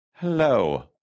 Hello